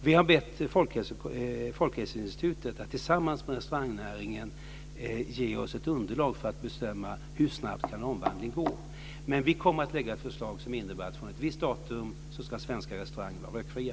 Vi har bett Folkhälsoinstitutet att tillsammans med restaurangnäringen ge oss ett underlag för att bestämma hur snabbt omvandlingen kan gå. Vi kommer att lägga fram ett förslag som innebär att från ett visst datum ska svenska restauranger vara rökfria.